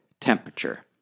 temperature